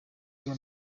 uwo